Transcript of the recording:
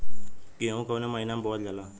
गेहूँ कवने महीना में बोवल जाला?